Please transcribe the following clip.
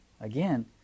again